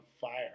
fire